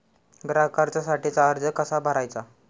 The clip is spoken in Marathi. ग्राहक कर्जासाठीचा अर्ज कसा भरायचा?